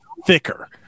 Thicker